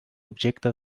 objecte